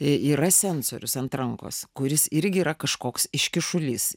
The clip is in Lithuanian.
yra sensorius ant rankos kuris irgi yra kažkoks iškyšulys